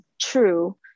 true